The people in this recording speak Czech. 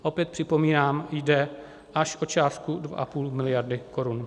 Opět připomínám, jde až o částku 2,5 miliardy korun.